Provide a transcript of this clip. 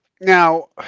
Now